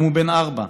היום הוא בן ארבע.